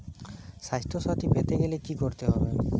স্বাস্থসাথী পেতে গেলে কি করতে হবে?